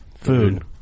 Food